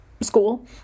school